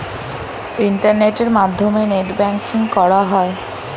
ইন্টারনেটের মাধ্যমে net banking করা হয়